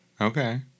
Okay